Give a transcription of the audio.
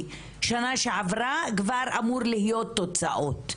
שנה שעבר כבר אמורות להיות תוצאות.